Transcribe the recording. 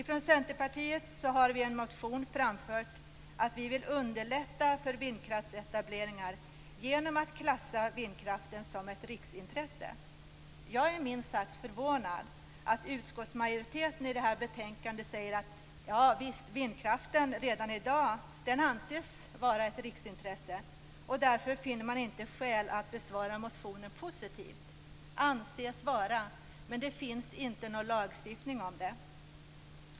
Vi i Centerpartiet har i en motion framfört att vi vill underlätta för etableringar av vindkraftverk genom att klassa vindkraften som ett riksintresse. Jag är minst sagt förvånad över att utskottsmajoriteten i det här betänkandet säger att vindkraften redan i dag anses vara ett riksintresse. Därför finner man inte skäl att besvara motionen positivt. Man säger att den anses vara ett riksintresse, men det finns ingen lagstiftning om det.